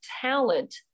talent